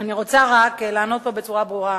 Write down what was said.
אני רוצה רק לענות פה בצורה ברורה: